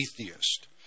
atheist